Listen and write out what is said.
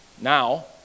Now